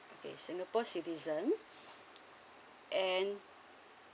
okay singapore citizen and